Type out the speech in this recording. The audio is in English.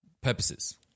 purposes